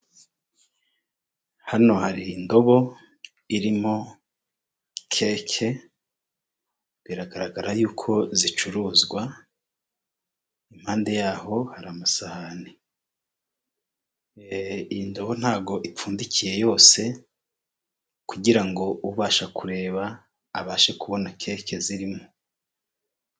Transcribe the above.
Hano hari indobo irimo keke biragaragara yuko zicuruzwa impande yaho hari amasahani. Iyi ndobo ntabbwo ipfundikiye yose kugirango ubasha kureba abashe kubona keke zirimo.